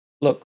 look